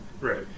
Right